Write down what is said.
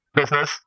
business